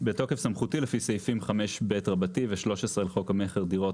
"בתוקף סמכותי לפי סעיפים 5ב ו-13 לחוק המכר (דירות),